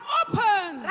open